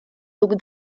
duc